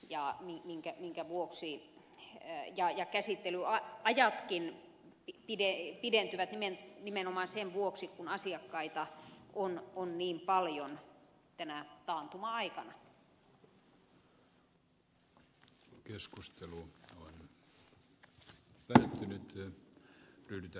ja mihinkä minkä vuoksi ey ja ja käsittelyajatkin pidentyvät nimenomaan sen vuoksi kun asiakkaita on niin paljon tänä taantuma aikana